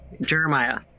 Jeremiah